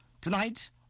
tonight